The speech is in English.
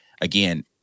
again